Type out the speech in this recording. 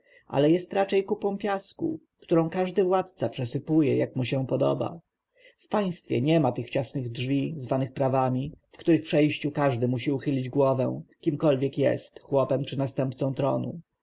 ale jest raczej kupą piasku którą każdy władca przesypuje jak mu się podoba w państwie niema tych ciasnych drzwi zwanych prawami w których przejściu każdy musi uchylić głowę kimkolwiek jest chłopem czy następcą tronu